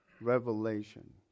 Revelation